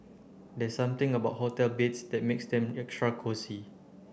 there's something about hotel beds that makes them extra cosy